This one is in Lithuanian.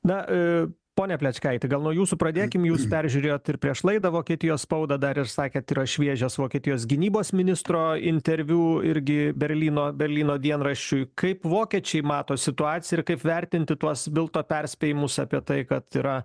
na e pone plečkaiti gal nuo jūsų pradėkim jūs peržiūrėjot ir prieš laidą vokietijos spaudą dar ir sakėt yra šviežias vokietijos gynybos ministro interviu irgi berlyno berlyno dienraščiui kaip vokiečiai mato situaciją ir kaip vertinti tuos bilto perspėjimus apie tai kad yra